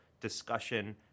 discussion